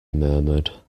murmured